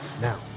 now